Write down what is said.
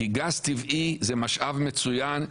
כי גז טבעי זה משאב מצוין,